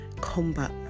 combat